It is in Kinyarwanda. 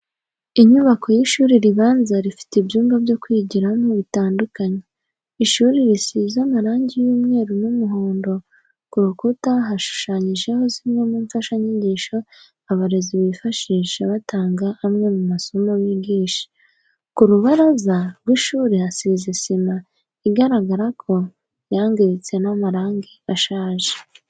Inyubako y'ishuri ribanza rifite ibyumba byo kwigiramo bitandukanye, ishuri risize amarangi y'umweru n'umuhondo, ku rukuta hashushanyijeho zimwe mu mfashanyigisho abarezi bifashisha batanga amwe mu masomo bigisha. Ku rubaraza rw'ishuri hasize sima igaragara ko yangiritse n'amarangi arashaje.